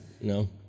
No